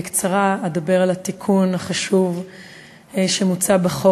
אדבר בקצרה על התיקון החשוב שמוצע בחוק